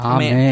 Amen